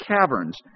caverns